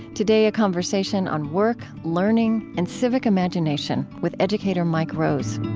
today, a conversation on work, learning, and civic imagination, with educator mike rose